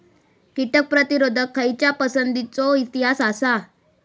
कीटक प्रतिरोधक खयच्या पसंतीचो इतिहास आसा?